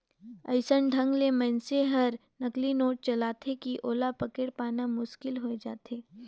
अइसन ढंग ले मइनसे हर नकली नोट चलाथे कि ओला पकेड़ पाना मुसकिल होए जाथे